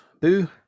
Boo